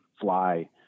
fly